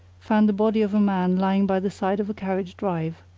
found the body of a man lying by the side of a carriage drive.